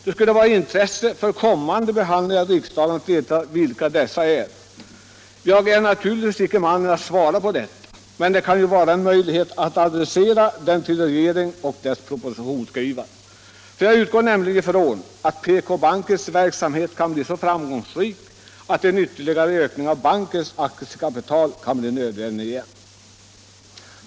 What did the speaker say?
Det skulle vara av intresse för kommande behandlingar i riksdagen att veta det. Jag är naturligtvis icke mannen att svara på dessa frågor, men det kan ju vara en möjlighet att adressera dem till regeringen och dess propositionsskrivare. Jag utgår nämligen ifrån att PK-bankens verksamhet kan bli så framgångsrik att en ytterligare ökning av bankens aktiekapital kan bli nödvändig igen.